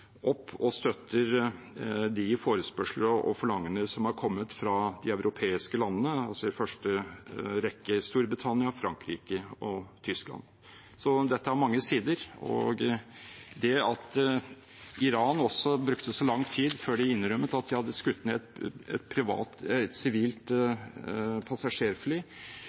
opp og støtter de forespørsler og forlangender som er kommet fra de europeiske landene, i første rekke Storbritannia, Frankrike og Tyskland. Så dette har mange sider. Det at Iran også brukte så lang tid før de innrømmet at de hadde skutt ned et